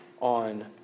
on